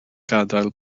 gadael